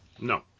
No